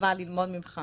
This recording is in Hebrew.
מקווה ללמוד ממך